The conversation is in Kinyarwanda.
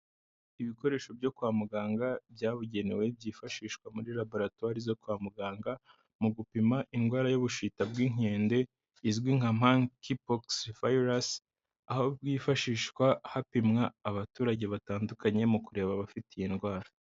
Ibikoresho byo kwa muganga byabugenewe byifashishwa muri laboratoire zo kwa muganga mu gupima indwara y'ubushita bw'inkende izwi nka mg ki poxfarus aho byifashishwa hapimwa abaturage batandukanye mu kureba abafite iyi ndwara.